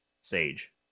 Sage